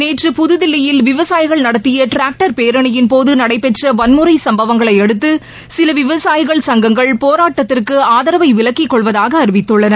நேற்று புதுதில்லியில் விவசாயிகள் நடத்திய டிராக்டர் பேரணியின் போது நடைபெற்ற வன்முறை சம்பவங்களை அடுத்து சில விவசாயிகள் சங்கங்கள் போராட்டத்திற்கு ஆதரவை விலக்கிக் கொள்வதாக அறிவித்துள்ளன